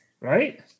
Right